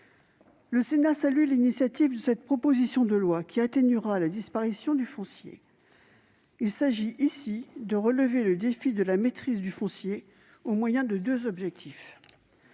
Le Sénat salue l'initiative de cette proposition de loi, qui atténuera la disparition du foncier. Il s'agit ici de relever le défi de la maîtrise du foncier aux moyens de deux objectifs